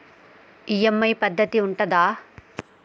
EMI పద్ధతి ఉంటదా?